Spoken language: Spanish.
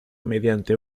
mediante